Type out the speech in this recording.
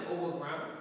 overground